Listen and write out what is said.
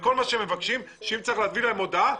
כל מה שהם מבקשים זה שאם צריך להעביר אליהם הודעה,